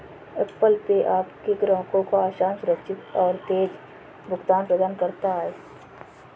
Apple Pay आपके ग्राहकों को आसान, सुरक्षित और तेज़ भुगतान प्रदान करता है